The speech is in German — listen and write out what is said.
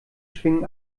schwingen